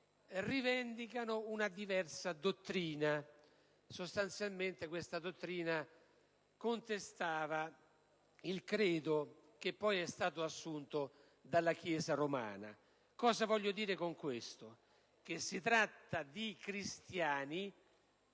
rivendica una diversa dottrina: sostanzialmente, questa dottrina contestava il Credo che poi è stato assunto dalla Chiesa romana. Con ciò intendo dire che si tratta di cristiani